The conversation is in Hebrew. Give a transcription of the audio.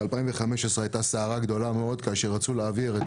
ב-2015 הייתה סערה גדולה מאוד כאשר רצו להעביר את